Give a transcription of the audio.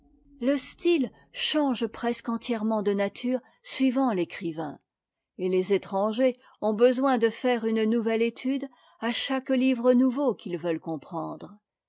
le style change presque entièrement de nature suivant écrivain et les étrangers ont besoin de faire une nouveiïe étude à chaque livre nouveau qu'ils veulent comprendre